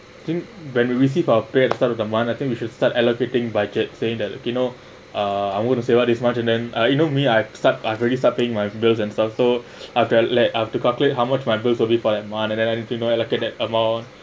I think when we receive our pay at start of the month I think we should start allocating budget saying that okay you know uh I wouldn't say what is much and then uh you know me I start I've already start paying my bills and stuff so I have leh I have to calculate how much my bursary for that month and amount